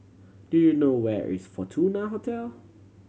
do you know where is Fortuna Hotel